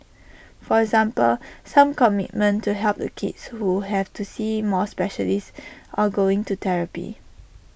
for example some commitment to help the kids who have to see more specialists or going to therapy